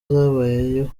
zabayeho